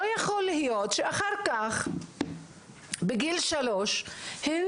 לא יכול להיות שאחר כך בגיל שלוש הם